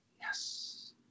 Yes